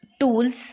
tools